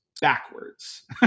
backwards